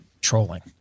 trolling